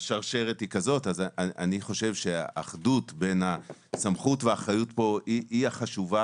לדעתי האחדות בין הסמכות והאחריות פה היא החשובה